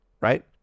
right